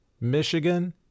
Michigan